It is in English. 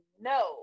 no